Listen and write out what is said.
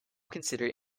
considered